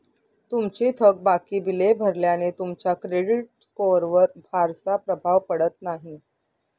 तुमची थकबाकी बिले भरल्याने तुमच्या क्रेडिट स्कोअरवर फारसा प्रभाव पडत नाही